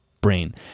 brain